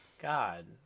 God